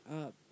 up